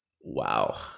Wow